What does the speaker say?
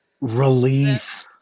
Relief